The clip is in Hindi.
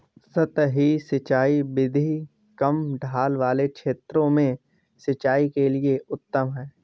सतही सिंचाई विधि कम ढाल वाले क्षेत्रों में सिंचाई के लिए उत्तम है